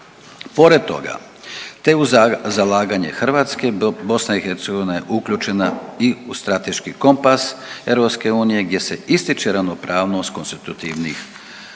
Pored toga, te uz zalaganje Hrvatske BiH je uključena i u strateški kompas EU gdje se ističe ravnopravnost konstitutivnih